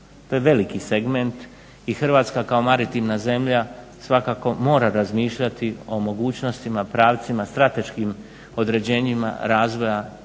To je veliki segment i Hrvatska kao maritimna zemlja svakako mora razmišljati o mogućnostima, pravcima strateškim određenjima razvoja